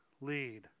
lead